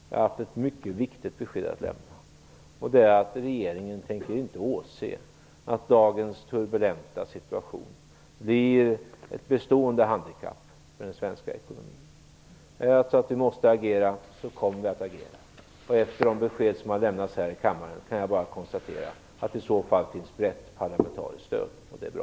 Jag har haft ett mycket viktigt besked att lämna, och det är att regeringen inte tänker åse att dagens turbulenta situation blir ett bestående handikapp för den svenska ekonomin. Är det så att vi måste agera så kommer vi att agera. Efter de besked som har lämnats här i kammaren kan jag bara konstatera att det i så fall finns ett brett parlamentariskt stöd för det, och det är bra.